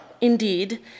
indeed